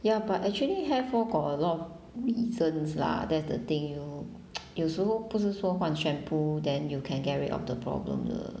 ya but actually hair fall got a lot of reasons lah that's the thing you 有时候不是说换 shampoo then you can get rid of the problem 的